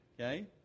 okay